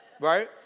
right